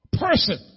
Person